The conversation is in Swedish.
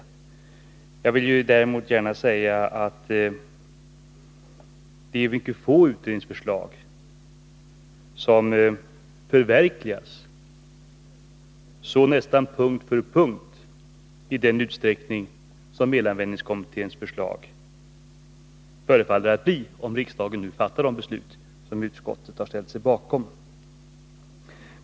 Men jag vill också gärna peka på att det är mycket få utredningsförslag som blivit förverkligade i samma utsträckning, nästan punkt för punkt, som elanvändningskommitténs förslag förefaller att bli, om riksdagen nu fattar de beslut som utskottet har ställt sig bakom.